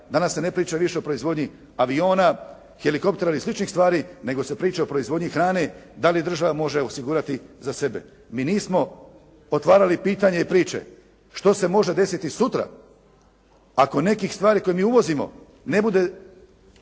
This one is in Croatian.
Danas se ne priča više o proizvodnji aviona, helikoptera i sličnih stvari nego se priča o proizvodnji hrane da li država može osigurati za sebe. Mi nismo otvarali pitanje i priče. Što se može desiti sutra ako nekih stvari koje mi uvozimo ne bude